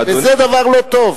זה דבר לא טוב.